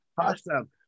Awesome